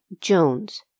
Jones